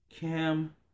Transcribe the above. Cam